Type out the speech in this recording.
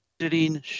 sitting